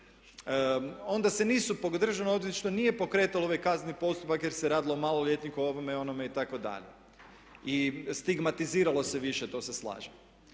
onda se nisu, državno odvjetništvo nije pokretalo ovaj kazneni postupak jer se radilo o maloljetniku, o ovome, onome itd.. I stigmatiziralo se više, to se slažem.